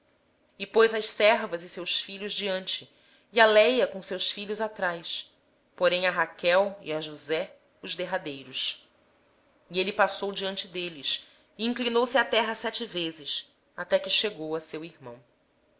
pôs as servas e seus filhos na frente léia e seus filhos atrás destes e raquel e josé por últimos mas ele mesmo passou adiante deles e inclinou-se em terra sete vezes até chegar perto de seu irmão